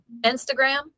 Instagram